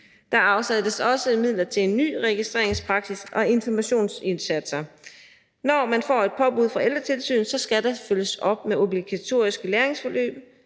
Der afsættes også midler til en ny registreringspraksis og informationsindsatser. Når man får et påbud fra Ældretilsynet, skal der følges op med obligatoriske læringsforløb